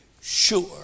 sure